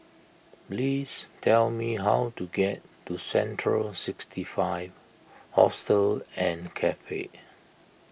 please tell me how to get to Central sixty five Hostel and Cafe